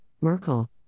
Merkel